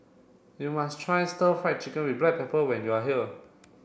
you must try stir fry chicken with black pepper when you are here